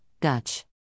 Dutch